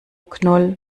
knoll